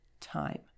time